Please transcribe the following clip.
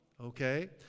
okay